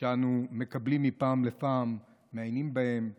שאנו מקבלים מפעם לפעם, מעיינים בהם ומנסים,